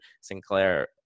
Sinclair